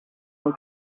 cent